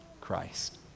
Christ